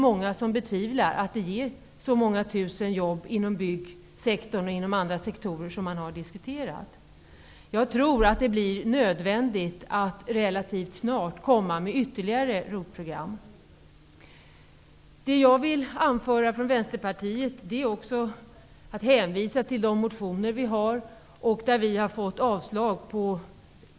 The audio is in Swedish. Många betvivlar alltså att åtgärderna ger så många tusen jobb inom byggsektorn och andra sektorer som det talats om. Jag tror att det blir nödvändigt att relativt snart komma med ytterligare ROT-program. Vidare vill jag för Vänsterpartiets del hänvisa till våra motioner.